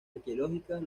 arqueológicas